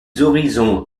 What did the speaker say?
horizons